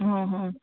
હંમ